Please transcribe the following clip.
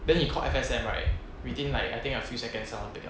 then he called F_S_N right within like I think a few seconds right 他们 pick up